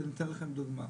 אני אתן לכם דוגמה,